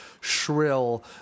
shrill